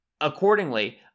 accordingly